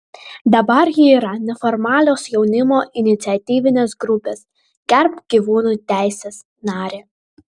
dabar ji yra neformalios jaunimo iniciatyvinės grupės gerbk gyvūnų teises narė